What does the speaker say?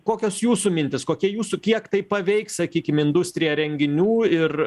kokios jūsų mintys kokia jūsų kiek tai paveiks sakykim industriją renginių ir